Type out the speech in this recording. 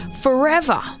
forever